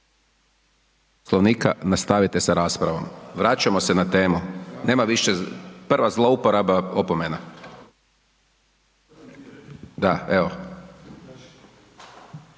Poslovnika nastavite sa raspravom, vraćamo se na temu, nema više, prva zlouporaba, opomena. **Čuraj,